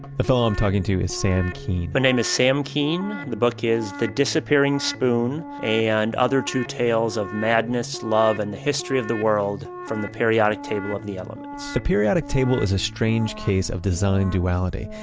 the fellow i'm talking to is sam kean my but name is sam kean. the book is the disappearing spoon and other true tales of madness, love, and the history of the world from the periodic table of the elements. the periodic table is a strange case of design duality.